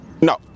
no